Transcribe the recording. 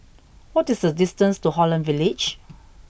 what is the distance to Holland Village